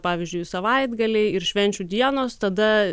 pavyzdžiui savaitgaliai ir švenčių dienos tada